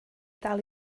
dal